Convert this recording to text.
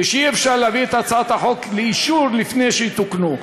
ואי-אפשר להביא את הצעת החוק לאישור לפני שיתוקנו.